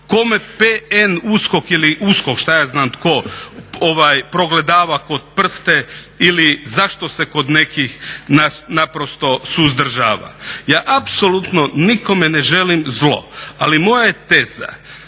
kome PN USKOK ili USKOK šta ja znam tko progledava kroz prste, ili zašto se kod nekih naprosto suzdržava? Ja apsolutno nikome ne želim zlo ali moja je teza